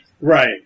Right